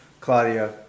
Claudia